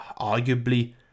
arguably